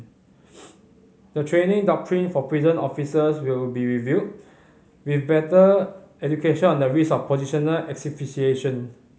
the training doctrine for prison officers will be reviewed with better education on the risk of positional asphyxiation